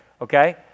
Okay